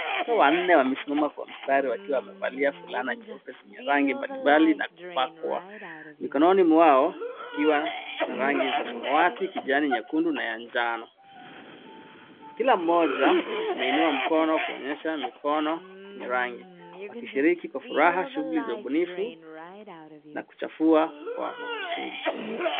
Watoto wanne wamesimama kwa mstari wakiwa wamevalia fulana nyeupe zenye rangi mbalimbali na kupakwa , mikononi mwao ikiwa na rangi za samawati, kijani, nyekundu na ya njano. Kila mmoja ameinua mkono kuonyesha mikono yenye rangi, wakishiriki kwa furaha shughuli za ubunifu na kuchafua kwa kusudi.